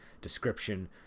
description